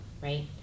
right